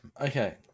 okay